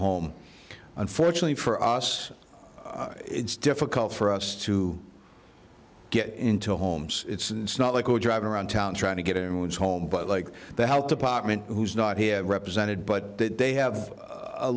home unfortunately for us it's difficult for us too get into homes it's not like driving around town trying to get in and was home but like the health department who's not here represented but they have a